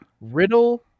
Riddle